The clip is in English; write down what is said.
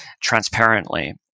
transparently